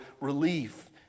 relief